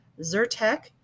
Zyrtec